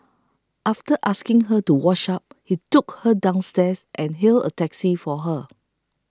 after asking her to wash up he took her downstairs and hailed a taxi for her